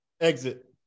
Exit